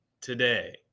today